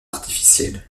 artificielle